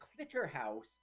Clitterhouse